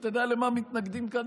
אתה יודע למה מתנגדים כאן,